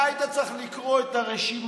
אתה היית צריך לקרוא את הרשימה.